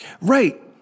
Right